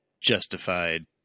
justified